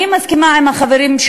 אני מסכימה עם החברים,